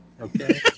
okay